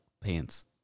pants